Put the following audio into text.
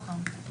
עשרה מתוכם.